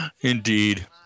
Indeed